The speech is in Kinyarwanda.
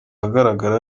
agaragara